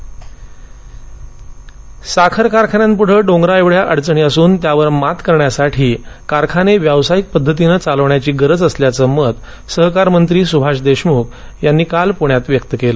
साखर साखर कारखान्यांपुढे डोंगराएवढ्या अडचणी असून त्यावर मात करण्यासाठी कारखाने व्यावसायिक पद्धतीने चालवण्याची गरज असल्याचे मत सहकार मंत्री सुभाष देशमुख यांनी काल पुण्यात व्यक्त केलं